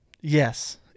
yes